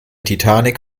titanic